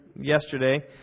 yesterday